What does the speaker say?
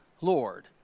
Lord